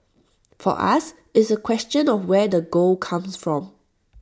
for us it's A question of where the gold comes from